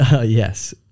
yes